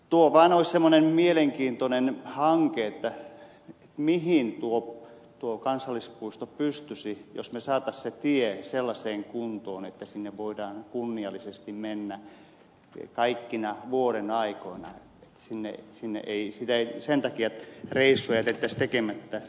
tuo vaan olisi semmoinen mielenkiintoinen hanke selvittää mihin tuo kansallispuisto pystyisi jos me saisimme sen tien sellaiseen kuntoon että sinne voidaan kunniallisesti mennä kaikkina vuodenaikoina että ei sen tien takia reissua jätettäisi tekemättä